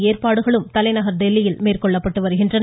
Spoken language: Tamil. ஏற்பாடுகளும் தலைநகர் டெல்லியில் மேற்கொள்ளப்பட்டு வருகின்றன